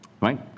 right